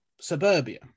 suburbia